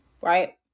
right